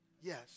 yes